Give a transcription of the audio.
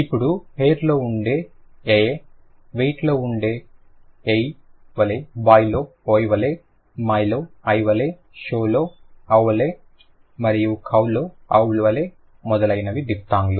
అప్పుడు హెయిర్ లో ఉండే ea వలె వెయిట్ లో ఉండే ei వలే బాయ్లో oi వలె మై లో ai వలే షో లో au వలే మరియు కౌ లో au వలె మొదలైనవి డిఫ్తాంగ్ లు